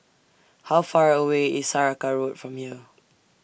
How Far away IS Saraca Road from here